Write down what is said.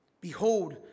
Behold